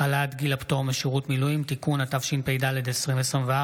התשפ"ד 2024,